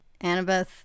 Annabeth